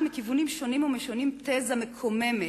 מכיוונים שונים ומשונים תזה מקוממת,